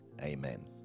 amen